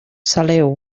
saleu